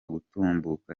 gutambuka